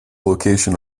location